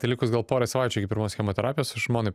tai likus gal porai savaičių iki pirmos chemoterapijos žmonai